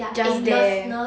their there